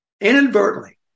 inadvertently